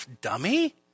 dummy